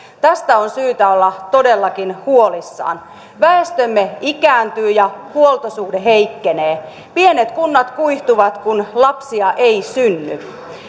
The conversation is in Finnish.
tästä on syytä olla todellakin huolissaan väestömme ikääntyy ja huoltosuhde heikkenee pienet kunnat kuihtuvat kun lapsia ei synny